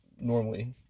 normally